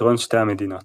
פתרון שתי המדינות